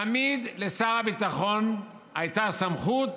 תמיד לשר הביטחון הייתה סמכות